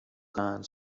kind